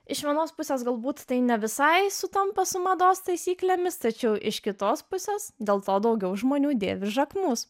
iš vienos pusės galbūt tai ne visai sutampa su mados taisyklėmis tačiau iš kitos pusės dėl to daugiau žmonių dėvi žakmus